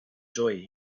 joy